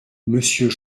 monsieur